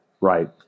right